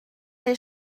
des